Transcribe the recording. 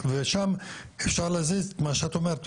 ושם אפשר להזיז את מה שאת אומרת,